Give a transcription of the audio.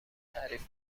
تعریف